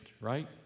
right